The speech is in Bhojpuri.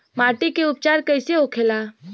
माटी के उपचार कैसे होखे ला?